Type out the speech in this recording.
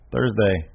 Thursday